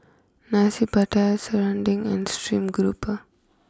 Nasi Pattaya Serunding and stream grouper